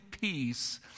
peace